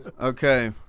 Okay